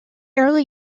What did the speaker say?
early